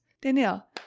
Danielle